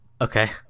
Okay